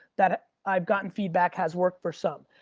that i've gotten feedback has worked for some.